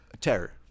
terror